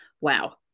Wow